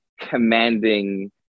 commanding